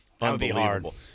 unbelievable